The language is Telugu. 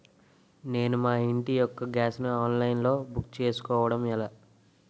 నేను మా ఇంటి యెక్క గ్యాస్ ను ఆన్లైన్ లో బుక్ చేసుకోవడం ఎలా?